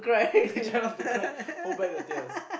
try not to cry hold back the tears